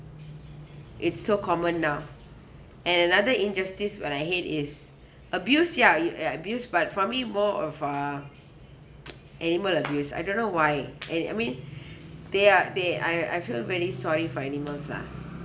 it's so common now and another injustice when I hate is abuse sia you uh abuse but for me more of uh animal abuse I don't know why and I mean they are they I I feel very sorry for animals lah